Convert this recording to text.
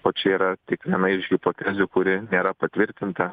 o čia yra tik viena iš hipotezių kuri nėra patvirtinta